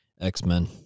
X-Men